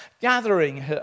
gathering